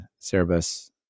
Cerebus